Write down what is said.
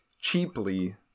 cheaply